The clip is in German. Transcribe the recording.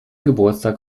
geburtstag